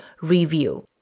review